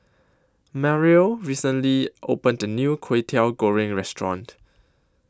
Mariel recently opened A New Kway Teow Goreng Restaurant